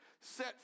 set